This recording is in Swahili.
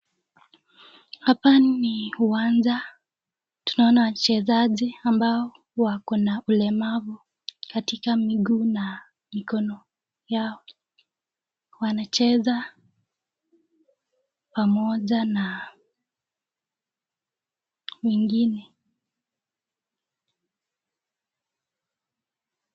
hapa ni uwanja tunaona wachezaji ambao wako na ulemavu katika miguu na mikono yao wanacheza pamoja na nyingine.